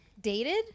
dated